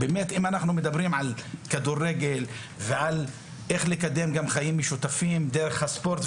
אם מדברים על כדורגל ועל איך לקדם חיים משותפים דרך הספורט,